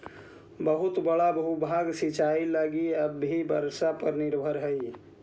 बहुत बड़ा भूभाग सिंचाई लगी अब भी वर्षा पर निर्भर हई